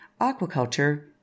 aquaculture